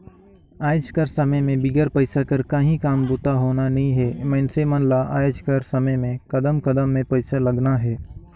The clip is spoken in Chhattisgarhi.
आएज कर समे में बिगर पइसा कर काहीं काम बूता होना नी हे मइनसे मन ल आएज कर समे में कदम कदम में पइसा लगना हे